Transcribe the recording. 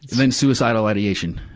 then, suicidal ideation,